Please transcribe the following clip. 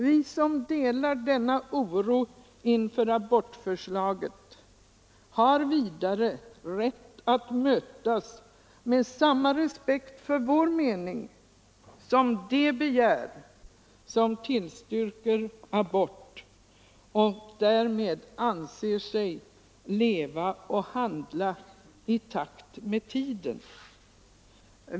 Vi som delar denna oro inför abortförslaget har vidare rätt att mötas med samma respekt för vår mening som de begär som tillstyrker abort och därmed anser sig leva och handla i pakt med tiden.